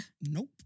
Nope